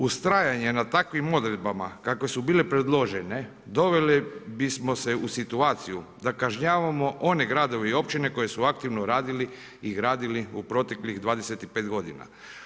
Ustrajanje na takvim odredbama kakve su bile predložene doveli bismo se u situaciju da kažnjavamo one gradove i općine koje su aktivno radili i gradili u proteklih 25 godina.